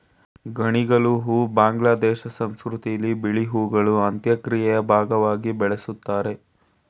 ಗಣಿಗಲು ಹೂ ಬಾಂಗ್ಲಾದೇಶ ಸಂಸ್ಕೃತಿಲಿ ಬಿಳಿ ಹೂಗಳು ಅಂತ್ಯಕ್ರಿಯೆಯ ಭಾಗ್ವಾಗಿ ಬಳುಸ್ತಾರೆ